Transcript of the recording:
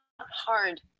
hard